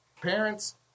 parents